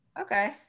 Okay